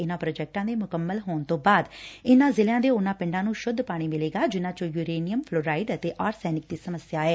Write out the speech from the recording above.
ਇਨਾਂ ਪ੍ਰੋਜੈਕਟਾ ਦੇ ਮੁਕੰਮਲ ਹੋ ਜਾਣ ਤੋਂ ਬਾਅਦ ਇਨਾਂ ਜ਼ਿਲਿਆਂ ਦੇ ਉਨਾਂ ਪਿੰਡਾਂ ਨੂੰ ਸ਼ੁੱਧ ਪਾਣੀ ਮਿਲੇਗਾ ਜਿਨਾਂ ਵਿਚ ਯਰੇਨੀਅਮ ਫਲੋਰਾਇਡ ਅਤੇ ਆਰਸੈਨਿਕ ਦੀ ਸਮੱਸਿਆ ਏ